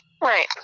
Right